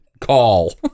call